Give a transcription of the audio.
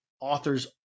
authors